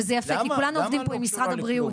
וזה יפה כי כולם עובדים פה עם משרד הבריאות.